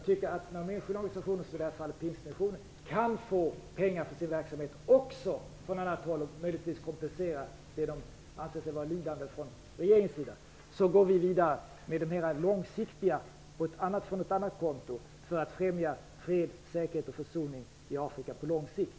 Enskilda organisationer, i detta fall Pingstmissionen, kan få pengar för sin verksamhet också från annat håll, vilket möjligtvis kan kompensera de minskningar som man anser sig drabbad av från regeringens sida. Vi går från ett annat konto vidare med mera långsiktiga satsningar för att främja fred, säkerhet och försoning i Afrika på lång sikt.